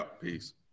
Peace